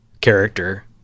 character